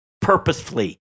purposefully